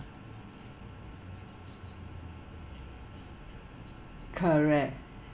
correct